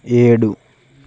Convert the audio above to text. ఏడు